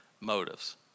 motives